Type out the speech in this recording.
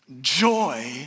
joy